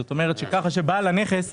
כך שבעל הנכס -- כן,